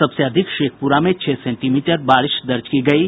सबसे अधिक शेखपुरा में छह सेंटीमीटर बारिश दर्ज की गयी